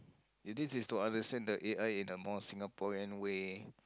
it is is to understand the A_I in a more Singaporean way